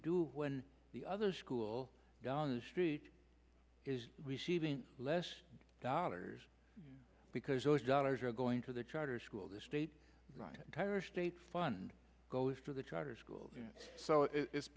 do when the other school down the street is receiving less dollars because those dollars are going to the charter school the state right kyra states fund goes to the charter school so it i